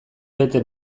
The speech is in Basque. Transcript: bete